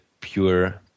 pure